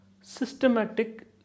systematic